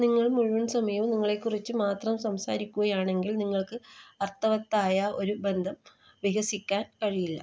നിങ്ങൾ മുഴുവൻ സമയവും നിങ്ങളെക്കുറിച്ച് മാത്രം സംസാരിക്കുകയാണെങ്കിൽ നിങ്ങൾക്ക് അർത്ഥവത്തായ ഒരു ബന്ധം വികസിപ്പിക്കാൻ കഴിയില്ല